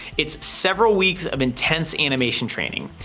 it's several weeks of intense animation training.